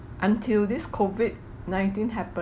until this COVID nineteen happens